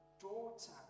daughter